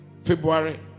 February